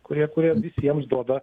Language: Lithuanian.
kurie kurie visiems duoda